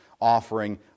offering